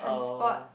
transport